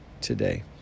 today